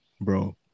bro